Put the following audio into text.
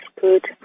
good